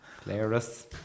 Clarus